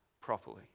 properly